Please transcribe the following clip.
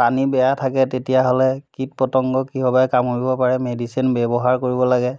পানী বেয়া থাকে তেতিয়াহ'লে কীট পতংগ কিহবাই কামুৰিব পাৰে মেডিচিন ব্যৱহাৰ কৰিব লাগে